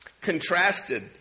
Contrasted